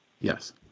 Yes